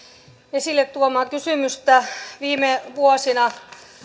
esille tuomaa kysymystä viime vuosina